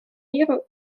миру